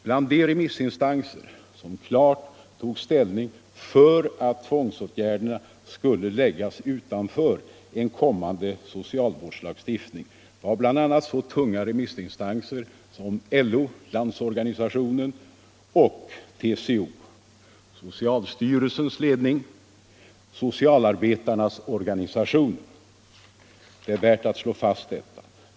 Bland de remissinstanser som klart tog ställning för alt tvångsåtgärderna skulle läggas utanför en kommande socialvårdslagstiftning var bl.a. så tunga remissinstanser som LO, TCO, socialstyrelsens ledning och socialarbetarnas organisation. Det är värt att slå fast detta.